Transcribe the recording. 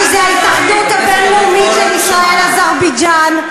שזה ההתאחדות הבין-לאומית של ישראל אזרבייג'ן,